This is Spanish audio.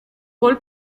gol